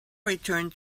returned